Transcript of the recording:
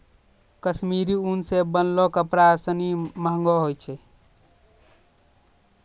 कश्मीरी उन सें बनलो कपड़ा सिनी महंगो होय छै